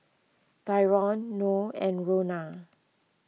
Tyrone Noe and Rhona